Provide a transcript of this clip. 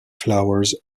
flowers